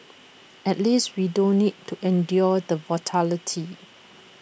at least we don't need to endure the volatility